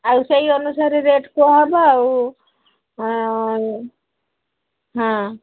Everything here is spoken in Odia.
ଆଉ ସେଇ ଅନୁସାରେ ରେଟ୍ କୁହାହବ ଆଉ ହଁ